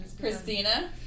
Christina